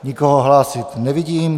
Nikoho se hlásit nevidím.